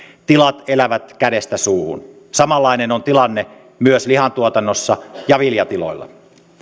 tilat elävät kädestä suuhun samanlainen on tilanne myös lihantuotannossa ja viljatiloilla